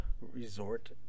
Resort